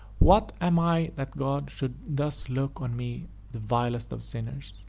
what am i that god should thus look on me the vilest of sinners?